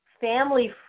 family